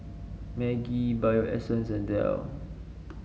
Maggi Bio Essence and Dell